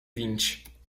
vinte